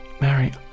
Mary